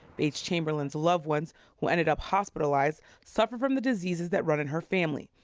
bates chamberlain's loved ones who ended up hospitalized suffer from the diseases that run in her family,